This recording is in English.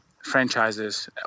franchises